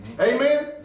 Amen